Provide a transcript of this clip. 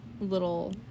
little